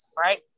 right